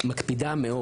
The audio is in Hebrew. מקפידה מאוד.